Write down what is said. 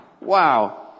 Wow